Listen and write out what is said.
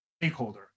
stakeholder